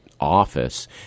office